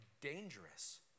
dangerous